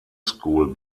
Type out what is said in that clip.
school